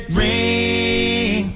ring